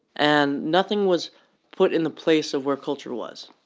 and nothing was put in the place of where culture was.